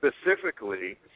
Specifically